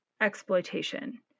exploitation